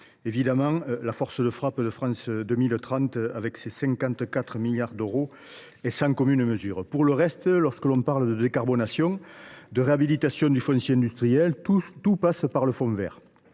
Évidemment, la force de frappe de France 2030, avec ses 54 milliards d’euros, est sans commune mesure. Pour le reste, lorsque l’on parle de décarbonation, de réhabilitation du foncier industriel, tout passe par le fonds vert,